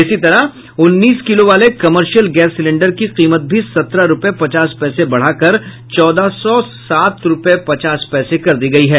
इसी तरह उन्नीस किलो वाले कॉमर्शिल गैस सिलेंडर की कीमत भी सत्रह रूपये पचास पैसे बढ़ाकर चौदह सौ सात रूपये पचास पैसे कर दी गयी है